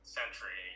century